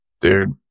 Dude